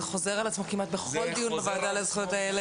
זה חוזר על עצמו כמעט בכל דיון בוועדה לזכויות הילד,